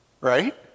right